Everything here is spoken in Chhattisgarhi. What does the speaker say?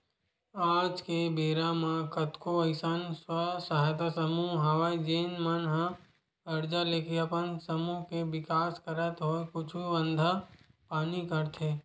आज के बेरा म कतको अइसन स्व सहायता समूह हवय जेन मन ह करजा लेके अपन समूह के बिकास करत होय कुछु धंधा पानी करथे